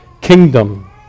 kingdom